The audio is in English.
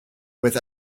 with